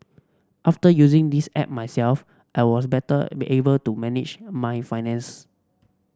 after using this app myself I was better be able to manage my finance